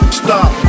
stop